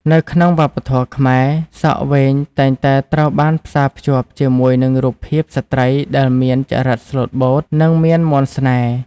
នៅក្នុងវប្បធម៌ខ្មែរ សក់វែងតែងតែត្រូវបានផ្សារភ្ជាប់ជាមួយនឹងរូបភាពស្ត្រីដែលមាន ចរិតស្លូតបូត និងមានមន្តស្នេហ៍។